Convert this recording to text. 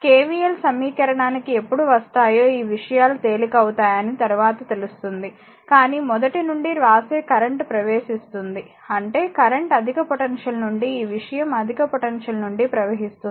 KVL సమీకరణానికి ఎప్పుడు వస్తాయో ఈ విషయాలు తేలికవుతాయని తరువాత తెలుస్తుంది కానీ మొదటి నుండి వ్రాసే కరెంట్ ప్రవేశిస్తుంది అంటే కరెంట్ అధిక పొటెన్షియల్ నుండి ఈ విషయం అధిక పొటెన్షియల్ నుండి ప్రవహిస్తుంది